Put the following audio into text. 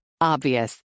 Obvious